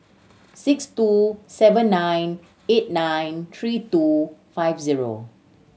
six two seven nine eight nine three two five zero